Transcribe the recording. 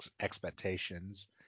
expectations